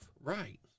right